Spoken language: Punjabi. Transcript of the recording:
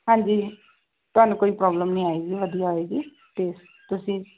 ਹਾਂਜੀ ਤੁਹਾਨੂੰ ਕੋਈ ਪ੍ਰੋਬਲਮ ਨਹੀਂ ਆਏਗੀ ਵਧੀਆ ਆਏਗੀ ਅਤੇ ਤੁਸੀਂ